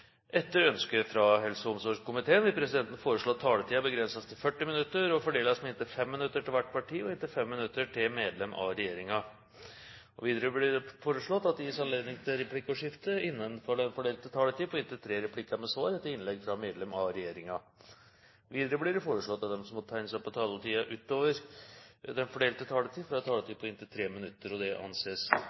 Etter ønske fra helse- og omsorgskomiteen vil presidenten foreslå at taletiden begrenses til 40 minutter og fordeles med inntil 5 minutter til hvert parti og inntil 5 minutter til medlem av regjeringen. Videre blir det foreslått at det gis anledning til replikkordskifte på inntil tre replikker med svar etter innlegg fra medlem av regjeringen innenfor den fordelte taletid. Videre blir det foreslått at de som måtte tegne seg på talerlisten utover den fordelte taletid, får en taletid på inntil 3 minutter. – Det anses